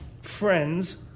friend's